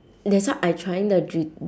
that's why I trying the dri~